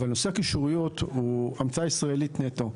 אבל נושא הקישוריות הוא המצאה ישראלית נטו.